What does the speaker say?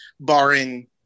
barring –